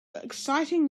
exciting